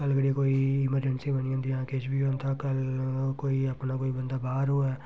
कल गी अगर कोई केईं अमरजैंसी बनी जंदियां किश बी होंदा कल कोई अपना बंदा कोई बाह्र होऐ